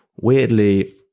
weirdly